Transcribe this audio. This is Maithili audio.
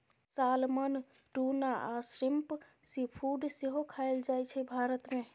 सालमन, टुना आ श्रिंप सीफुड सेहो खाएल जाइ छै भारत मे